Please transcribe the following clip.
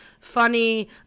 funny